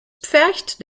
pfercht